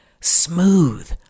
Smooth